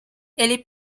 ele